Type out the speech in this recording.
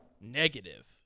negative